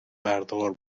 بردار